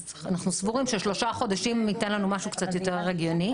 אז אנחנו סבורים ששלושה חודשים ייתן לנו משהו קצת יותר הגיוני.